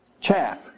Chaff